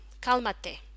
calmate